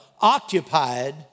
occupied